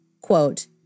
quote